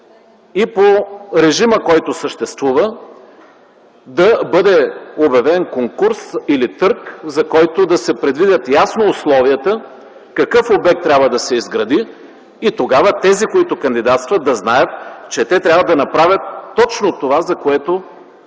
и по режима, който съществува, да бъде обявен конкурс или търг, за който да се предвидят ясно условията, какъв обект трябва да се изгради? Тогава тези, които кандидатстват, да знаят, че трябва да направят точно това, за което